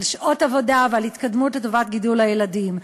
על שעות עבודה ועל התקדמות לטובת גידול הילדים.